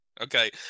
okay